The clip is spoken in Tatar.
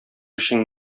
өчен